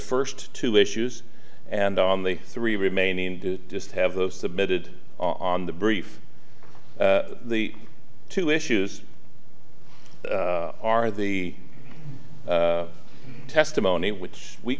first two issues and on the three remaining just have those submitted on the brief the two issues are the testimony which we